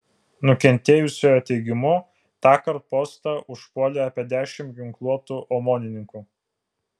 nukentėjusiojo teigimu tąkart postą užpuolė apie dešimt ginkluotų omonininkų